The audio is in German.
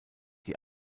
die